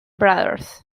brothers